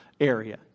area